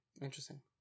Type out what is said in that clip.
Interesting